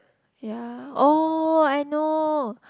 ya oh I know